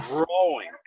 growing